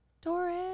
Doris